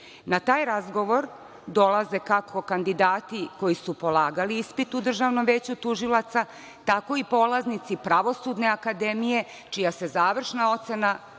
Na taj razgovor dolaze kako kandidati koji su polagali ispit u Državnom veću tužilaca, tako i polaznici pravosudne akademije čija se završna ocena